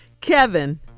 Kevin